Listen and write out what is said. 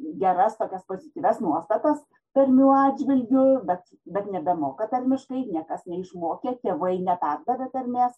geras tokias pozityvias nuostatas tarmių atžvilgiu bet bet nebemoka tarmiškai niekas neišmokė tėvai neperdavė tarmės